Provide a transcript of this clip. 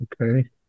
Okay